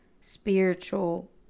spiritual